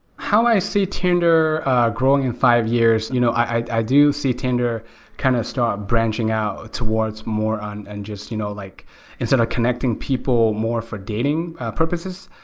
how i see tinder growing in five years. you know i i do see tinder kind of start branching out towards more on and just you know like instead of connecting people more for dating purposes,